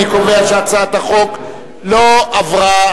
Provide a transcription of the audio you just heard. אני קובע שהצעת החוק לא עברה.